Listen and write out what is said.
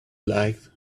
like